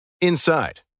inside